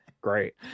great